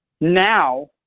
now